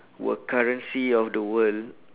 were currency of the world